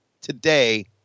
today